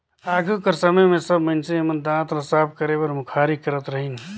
आघु कर समे मे सब मइनसे मन दात ल साफ करे बर मुखारी करत रहिन